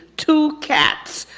two cats,